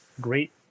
Great